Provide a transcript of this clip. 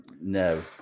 No